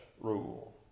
rule